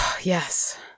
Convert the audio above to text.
yes